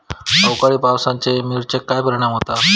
अवकाळी पावसाचे मिरचेर काय परिणाम होता?